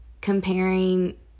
comparing